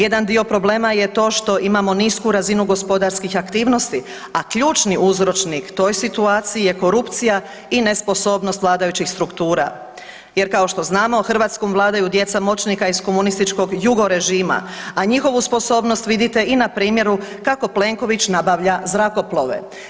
Jedan dio problema je to što imamo nisku razinu gospodarskih aktivnosti, a ključni uzročnik toj situaciji je korupcija i nesposobnost vladajućih struktura jer, kao što znamo, Hrvatskom vladaju djeca moćnika iz komunističko jugo režima, a njihovu sposobnost vidite i na primjeru kako Plenković nabavlja zrakoplove.